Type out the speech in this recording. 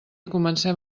comencem